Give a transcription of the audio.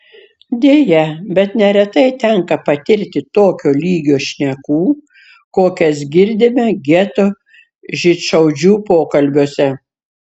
deja bet neretai tenka patirti tokio lygio šnekų kokias girdime geto žydšaudžių pokalbiuose